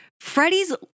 Freddie's